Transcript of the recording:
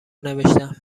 نوشتهام